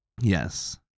Yes